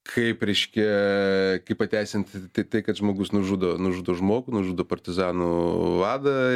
kaip reiškia kaip pateisint tai tai kad žmogus nužudo nužudo žmogų nužudo partizanų vadą